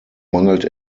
mangelt